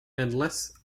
unless